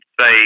say